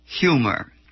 humor